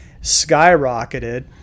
skyrocketed